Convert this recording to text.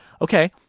okay